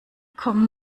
kommen